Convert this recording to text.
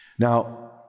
Now